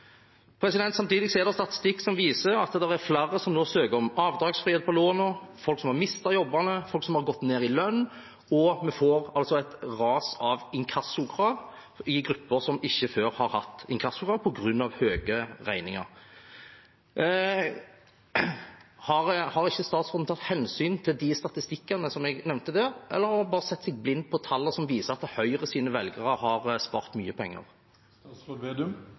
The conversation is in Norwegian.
Samtidig er det statistikk som viser at det er flere som nå søker om avdragsfrihet på lån, folk som har mistet jobben, folk som har gått ned i lønn, og vi får et ras av inkassokrav i grupper som ikke har hatt inkassokrav før, på grunn av høye regninger. Har ikke statsråden tatt hensyn til de statistikkene som jeg nevner her? Har han bare sett seg blind på tallene som viser at Høyres velgere har spart mye